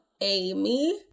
Amy